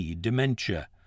Dementia